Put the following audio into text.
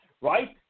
right